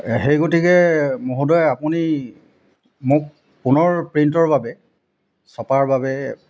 সেই গতিকে মহোদয় আপুনি মোক পুনৰ প্ৰিণ্টৰ বাবে চপাৰ বাবে